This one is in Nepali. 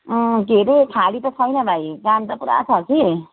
अँ के अरे खाली त छैन भाइ काम त पुरा छ कि